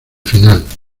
final